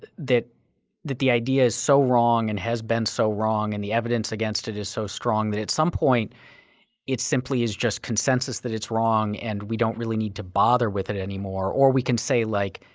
that that the idea is so wrong and has been so wrong and the evidence against it is so strong that at some point it simply is just consensus that it's wrong and we don't really need to bother with it anymore. or we can say like